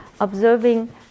observing